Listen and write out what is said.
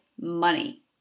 money